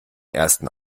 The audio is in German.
ersten